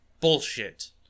bullshit